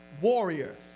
Warriors